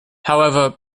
however